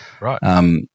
Right